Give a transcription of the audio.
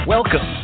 Welcome